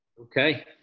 okay